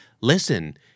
Listen